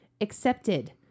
Accepted